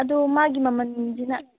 ꯑꯗꯨ ꯃꯥꯒꯤ ꯃꯃꯜꯁꯤꯅ